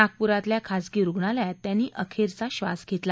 नागपूरातल्या खाजगी रुग्णालयात त्यांनी अखेरचा श्वास घेतला